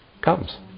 comes